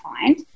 find